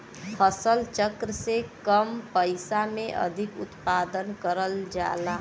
फसल चक्र से कम पइसा में अधिक उत्पादन करल जाला